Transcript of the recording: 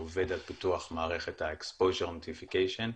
שעובד על פיתוח מערכת ה-Exposure Notification.